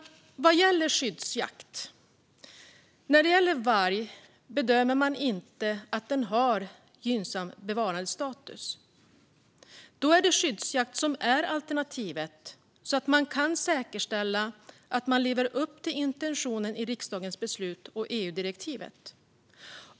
När det gäller skyddsjakt på varg bedömer man inte att vargen har gynnsam bevarandestatus. Då är det skyddsjakt som är alternativet så att man kan säkerställa att man lever upp till intentionen i riksdagens beslut och EU-direktivet.